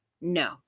no